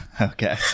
Okay